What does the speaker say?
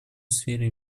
сфере